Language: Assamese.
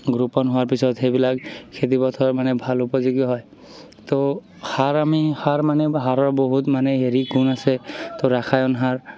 ৰোপণ হোৱাৰ পিছত সেইবিলাক খেতিপথাৰৰ মানে ভাল উপযোগী হয় তো সাৰ আমি সাৰ মানে সাৰৰ বহুত মানে হেৰি গুণ আছে তো ৰাসায়ন সাৰ